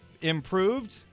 improved